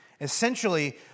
Essentially